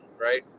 right